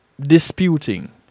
disputing